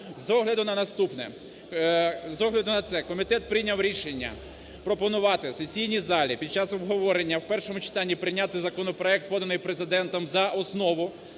З огляду на наступне, з огляду на це, комітет прийняв рішення пропонувати сесійній залі під час обговорення в першому читанні прийняти законопроект, поданий Президентом, за основу,